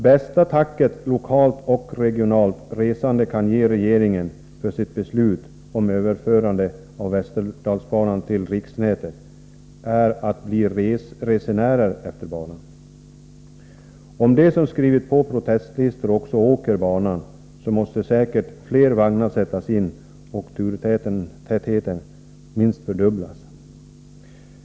Bästa tacket lokalt och regionalt resande kan ge regeringen för regeringens beslut om överförande av Västerdalsbanan till riksnätet är att bli resenärer på banan. Om de som skrivit på protestlistorna också åker på banan måste säkerligen flera vagnar sättas in och turtätheten minst fördubblas.